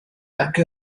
anche